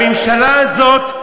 בממשלה הזאת,